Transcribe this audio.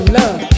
love